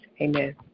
Amen